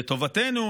"לטובתנו,